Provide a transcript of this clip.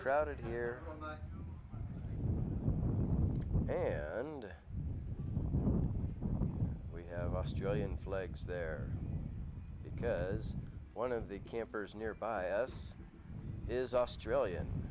crowded here and we have australian flags there because one of the campers nearby us is australian